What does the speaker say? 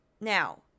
Now